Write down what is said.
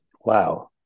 Wow